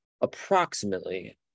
approximately